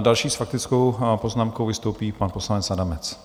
Další s faktickou poznámkou vystoupí pan poslanec Adamec.